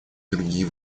другие